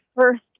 first